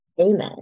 amen